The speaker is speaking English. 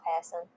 person